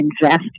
invest